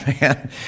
man